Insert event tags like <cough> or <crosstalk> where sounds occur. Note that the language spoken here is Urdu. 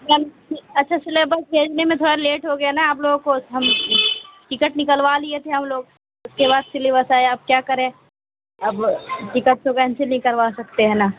<unintelligible> اچھا سلیبس بھیجنے میں تھوڑا لیٹ ہو گیا نا آپ لوگوں کو ہم ٹکٹ نکلوا لیے تھے ہم لوگ اس کے بعد سلیبس آیا اب کیا کریں اب ٹکٹ تو کینسل نہیں کروا سکتے ہیں نا